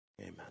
amen